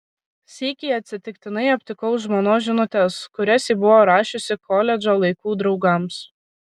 sykį atsitiktinai aptikau žmonos žinutes kurias ji buvo rašiusi koledžo laikų draugams